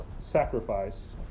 sacrifice